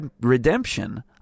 redemption